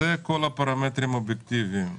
אלה כל הפרמטרים האובייקטיביים.